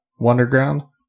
Wonderground